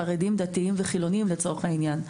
חרדים, דתיים וחילונים, לצורך העניין.